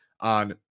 on